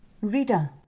Rita